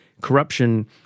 corruption